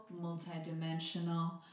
multi-dimensional